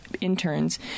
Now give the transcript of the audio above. interns